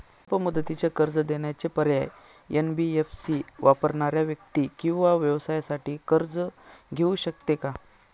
अल्प मुदतीचे कर्ज देण्याचे पर्याय, एन.बी.एफ.सी वापरणाऱ्या व्यक्ती किंवा व्यवसायांसाठी कर्ज घेऊ शकते का?